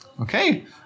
Okay